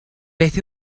beth